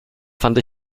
fand